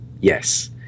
Yes